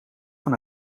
van